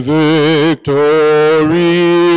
victory